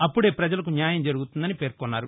అపుదే ప్రజలకు న్యాయం జరుగుతుందని పేర్కొన్నారు